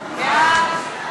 פספסתי,